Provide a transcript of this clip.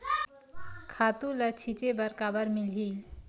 खातु ल छिंचे बर काबर मिलही?